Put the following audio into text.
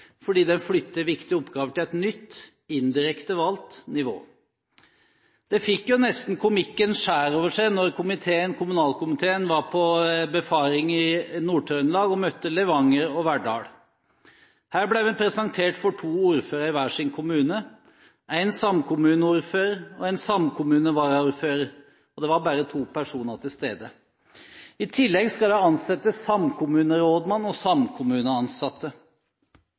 nytt, indirekte valgt nivå. Det fikk nesten komikkens skjær over seg da kommunal- og forvaltningskomiteen var på befaring i Nord-Trøndelag og møtte Levanger og Verdal. Her ble vi presentert for to ordførere i hver sin kommune, en samkommuneordfører og en samkommunevaraordfører – det var bare to personer til stede. I tillegg skal det ansettes samkommunerådmann og samkommuneansatte.